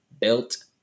built